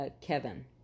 kevin